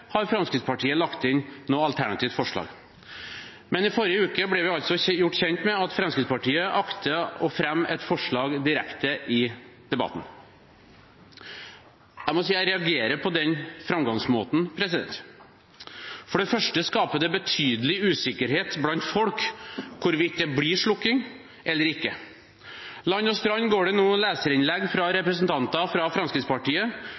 har Fremskrittspartiet lagt inn noe alternativt forslag. Men i forrige uke ble vi altså gjort kjent med at Fremskrittspartiet akter å fremme et forslag direkte i debatten. Jeg må si jeg reagerer på den framgangsmåten. For det første skaper det betydelig usikkerhet blant folk hvorvidt det blir slukking eller ikke. Fra hele landet kommer det nå leserinnlegg fra representanter fra Fremskrittspartiet